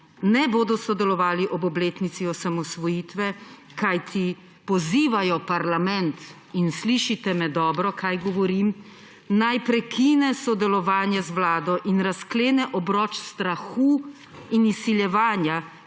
ne bodo sodelovali ob obletnici osamosvojitve, kajti pozivajo parlament – in slišite me dobro, kaj govorim – »naj prekine sodelovanje z vlado in razklene obroč strahu in izsiljevanja,